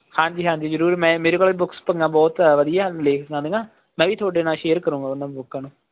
ਹਾਂਜੀ ਹਾਂਜੀ ਜ਼ਰੂਰ ਮੈਂ ਮੇਰੇ ਕੋਲ ਬੁੱਕਸ ਪਾਈਆਂ ਬਹੁਤ ਆ ਵਧੀਆ ਲੇਖਕਾਂ ਦੀਆਂ ਮੈਂ ਵੀ ਤੁਹਾਡੇ ਨਾਲ ਸ਼ੇਅਰ ਕਰਾਂਗਾ ਉਹਨਾਂ ਲੋਕਾਂ ਨੂੰ